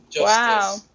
wow